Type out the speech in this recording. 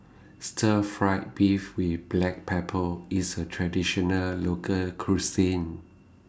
Stir Fried Beef with Black Pepper IS A Traditional Local Cuisine